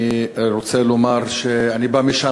אני רוצה לומר שאני בא משם,